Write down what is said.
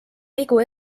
vigu